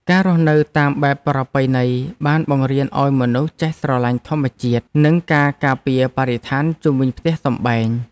ការរស់នៅតាមបែបប្រពៃណី បានបង្រៀនឱ្យមនុស្សចេះស្រឡាញ់ធម្មជាតិ និងការការពារបរិស្ថានជុំវិញផ្ទះសម្បែង។